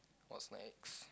what's next